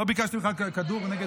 לא ביקשתי ממך כדור נגד צרידות.